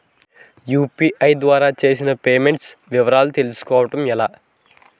UPI ద్వారా చేసిన payments వివరాలు తెలుసుకోవటం ఎలా?